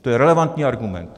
To je relevantní argument.